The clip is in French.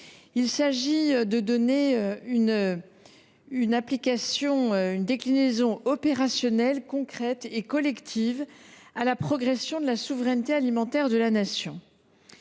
Il s’agit de donner une déclinaison opérationnelle, concrète et collective à la progression de la souveraineté alimentaire de la Nation.